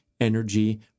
energy